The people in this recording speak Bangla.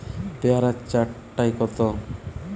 পেয়ারা চার টায় কত?